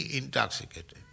intoxicated